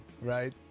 right